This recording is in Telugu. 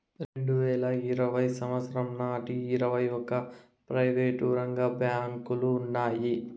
రెండువేల ఇరవై సంవచ్చరం నాటికి ఇరవై ఒక్క ప్రైవేటు రంగ బ్యాంకులు ఉన్నాయి